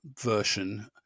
version